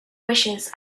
wishes